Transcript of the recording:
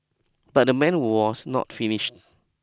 but the man was not finished